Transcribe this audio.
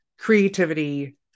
creativity